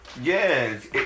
yes